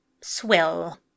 Swill